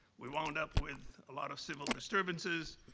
we wound up with a lot of civil disturbances,